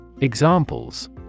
Examples